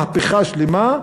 מהפכה שלמה,